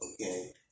okay